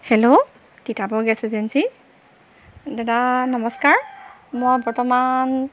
hello তিতাবৰ gas agency দাদা নমস্কাৰ মই বৰ্তমান